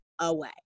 away